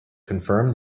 confirm